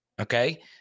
okay